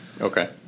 Okay